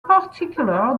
particular